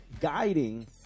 guiding